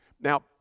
Now